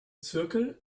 zirkel